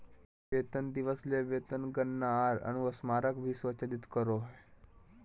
वेतन दिवस ले वेतन गणना आर अनुस्मारक भी स्वचालित करो हइ